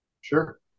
Sure